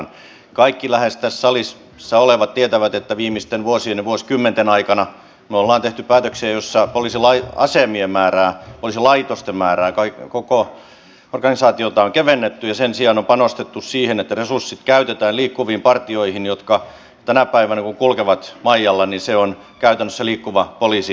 lähes kaikki tässä salissa olevat tietävät että viimeisten vuosien ja vuosikymmenten aikana me olemme tehneet päätöksiä joissa poliisiasemien poliisilaitosten määrää ja koko organisaatiota on kevennetty ja sen sijaan on panostettu siihen että resurssit käytetään liikkuviin partioihin ja kun ne tänä päivänä kulkevat maijalla niin se on käytännössä liikkuva poliisilaitos